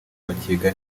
bakiga